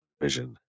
Vision